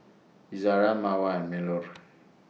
Izara Mawar and Melur